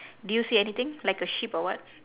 do you see anything like a sheep or what